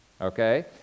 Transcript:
Okay